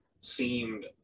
seemed